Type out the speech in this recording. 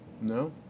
No